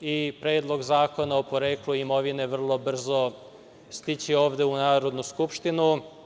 i Predlog zakona o poreklu imovine vrlo brzo stići ovde u Narodnu skupštinu.